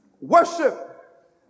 Worship